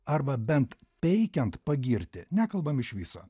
arba bent peikiant pagirti nekalbam iš viso